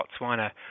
Botswana